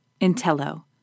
Intello